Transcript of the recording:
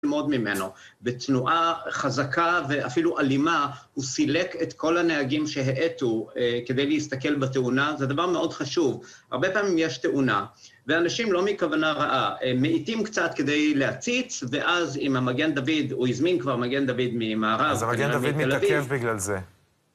ללמוד ממנו, בתנועה חזקה ואפילו אלימה הוא סילק את כל הנהגים שהאטו כדי להסתכל בתאונה, זה דבר מאוד חשוב, הרבה פעמים יש תאונה ואנשים לא מכוונה רעה, מאיטים קצת כדי להציץ ואז אם המגן דוד, הוא הזמין כבר מגן דוד ממערב, אז המגן דוד מתעכב בגלל זה